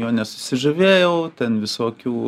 juo nesusižavėjau ten visokių